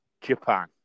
Japan